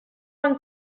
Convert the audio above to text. han